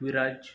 Viraj